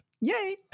Yay